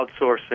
outsourcing